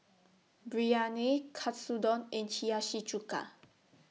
Biryani Katsudon and Hiyashi Chuka